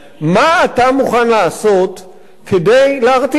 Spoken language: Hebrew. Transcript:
מה אתה מוכן לעשות כדי להרתיע אותם?